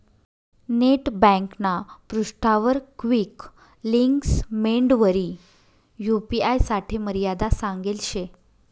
net ब्यांकना पृष्ठावर quick links mandatory UPI साठे मर्यादा सांगेल शे